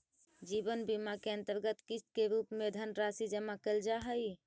जीवन बीमा के अंतर्गत किस्त के रूप में धनराशि जमा कैल जा हई